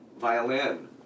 Violin